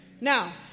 Now